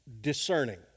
discerning